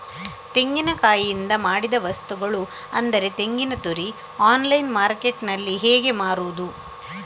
ತೆಂಗಿನಕಾಯಿಯಿಂದ ಮಾಡಿದ ವಸ್ತುಗಳು ಅಂದರೆ ತೆಂಗಿನತುರಿ ಆನ್ಲೈನ್ ಮಾರ್ಕೆಟ್ಟಿನಲ್ಲಿ ಹೇಗೆ ಮಾರುದು?